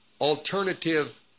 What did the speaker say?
alternative